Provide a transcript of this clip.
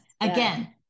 again